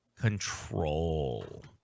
control